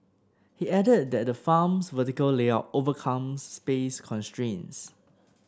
he added that the farm's vertical layout overcomes space constraints